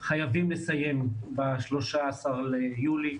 חייבים לסיים ב-13 ליולי.